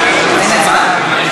אין הצבעה.